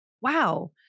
wow